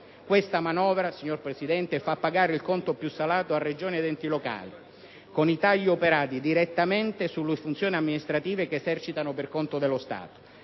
Questa manovra fa pagare il conto più salato a Regioni ed enti locali con i tagli operati direttamente sulle funzioni amministrative che esercitano per conto dello Stato.